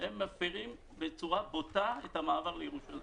שהם מפרים בצורה בוטה את המעבר לירושלים.